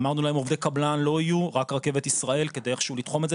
אמרנו להם עובדי קבלן לא יהיו רק רכבת ישראל כדי איכשהו לתחום את זה,